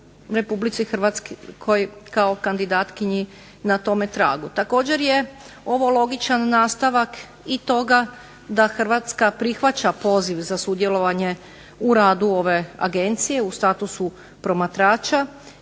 Republici Hrvatskoj kao kandidatkinji na tome tragu. Ovo je također logičan nastavak i toga da Hrvatska prihvaća poziv za sudjelovanje u radu ove Agencije u statusu promatrača,